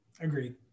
Agreed